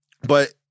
But-